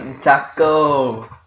Taco